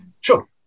Sure